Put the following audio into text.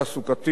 ניידות,